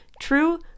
true